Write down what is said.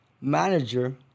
manager